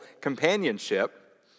companionship